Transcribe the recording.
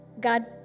God